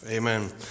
Amen